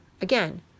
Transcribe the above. Again